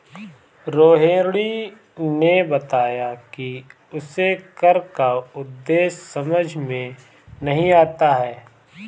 रोहिणी ने बताया कि उसे कर का उद्देश्य समझ में नहीं आता है